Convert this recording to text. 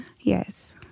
Yes